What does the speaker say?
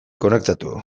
konektatu